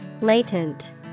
Latent